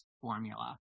formula